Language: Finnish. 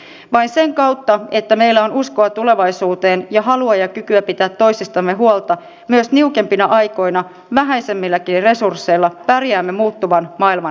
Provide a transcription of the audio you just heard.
vain sen kautta että meillä on uskoa tulevaisuuteen ja halua ja kykyä pitää toisistamme huolta myös niukempina aikoina vähäisemmilläkin resursseilla pärjäämme muuttuvan maailman haasteissa